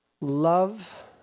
Love